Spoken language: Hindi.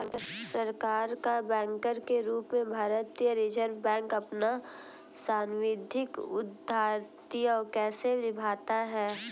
सरकार का बैंकर के रूप में भारतीय रिज़र्व बैंक अपना सांविधिक उत्तरदायित्व कैसे निभाता है?